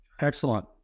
Excellent